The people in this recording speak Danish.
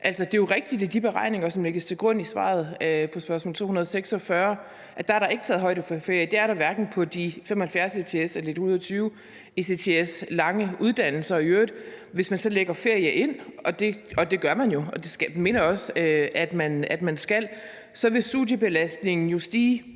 det er jo rigtigt, at der i de beregninger, som lægges til grund for svaret på spørgsmål 246, ikke er taget højde for ferie. Det er der hverken på de 75 ECTS-kandidatuddannelser eller på de 120 ECTS lange kandidatuddannelser. Og i øvrigt: Hvis man så lægger ferie ind, og det gør man jo, og det mener jeg også man skal, så vil studiebelastningen jo stige